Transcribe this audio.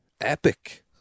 epic